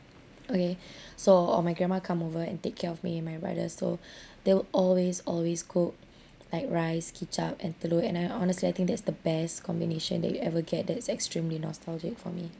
okay so oh my grandma come over and take care of me and my brother so they'll always always cook like rice kicap and telur and I honestly I think that's the best combination that you ever get that's extremely nostalgic for me